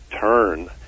turn